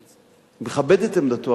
אני מכבד את עמדתו,